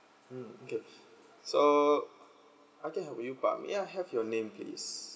mm okay so I can help you but may I have your name please